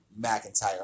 McIntyre